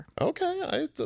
Okay